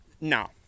No